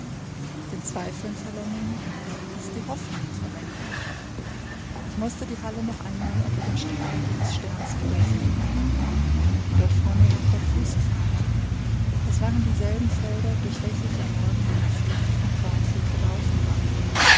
den zweifel verlängern hieß die hoffnung verlängern ich mußte die halle noch einmal unter dem strahl ihres sterns wiedersehen dort vor mir lag der fußpfad das waren dieselben felder durch welche ich am morgen meiner flucht von thornfield gelaufen war